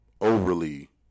overly